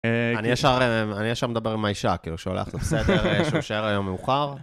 אני ישר, אני ישר מדבר עם האישה, כאילו, שולח לה "בסדר שאשאר היום מאוחר?"